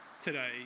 today